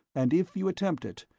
and if you attempt it,